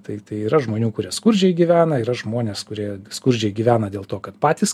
tai tai yra žmonių kurie skurdžiai gyvena yra žmonės kurie skurdžiai gyvena dėl to kad patys